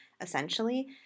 essentially